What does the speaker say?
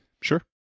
Sure